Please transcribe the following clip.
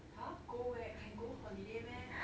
!huh! go where can go holiday meh